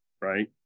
right